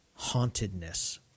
hauntedness